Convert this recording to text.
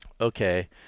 okay